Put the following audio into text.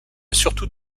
surtout